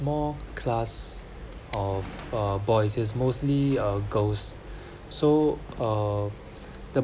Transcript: small class of uh boys is mostly a girls so uh the